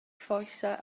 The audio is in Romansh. forsa